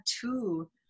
two